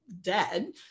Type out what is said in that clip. dead